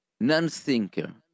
non-thinker